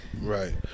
right